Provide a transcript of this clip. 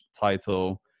title